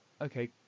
Okay